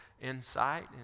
insight